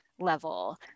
level